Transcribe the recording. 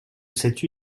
cette